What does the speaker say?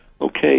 Okay